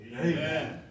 Amen